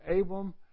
Abram